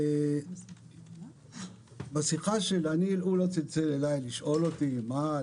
לגבי השיחה, הוא לא צלצל אלי לשאול אותי, מה?